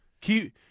Keep